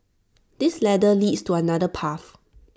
this ladder leads to another path